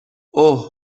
اوه